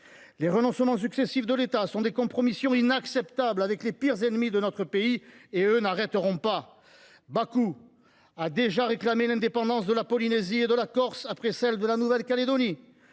Les renoncements successifs de l’État sont des compromissions inacceptables avec les pires ennemis de notre pays, qui, eux, ne s’arrêteront pas. Bakou a déjà réclamé l’indépendance de la Polynésie et de la Corse, après celle de la Nouvelle Calédonie.